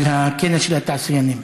לכנס של התעשיינים.